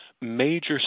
major